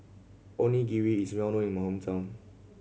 onigiri is well known in my hometown